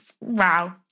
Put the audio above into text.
wow